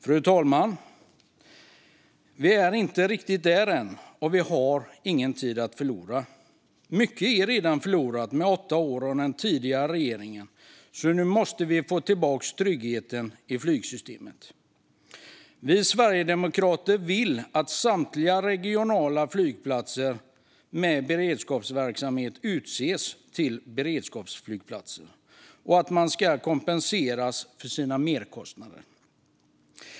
Fru talman! Vi är inte riktigt där än, men vi har ingen tid att förlora. Mycket är redan förlorat med åtta år av den tidigare regeringen, så nu måste vi få tillbaka tryggheten i flygsystemet. Vi sverigedemokrater vill att samtliga regionala flygplatser med beredskapsverksamhet utses till beredskapsflygplatser och att de kompenseras för sina merkostnader.